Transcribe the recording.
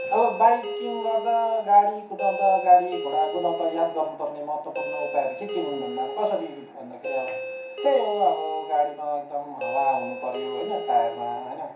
अब बाइकिङ गर्दा गाडी कुदाउँदा गाडीघोडा कुदाउँदा याद गर्नुपर्ने महत्त्वपूर्ण उपायहरू के के हुन् भन्दा अब कसरी भन्दाखेरि अब त्यही हो अब गाडीमा एकदम हावा हुनुपऱ्यो होइन टायरमा होइन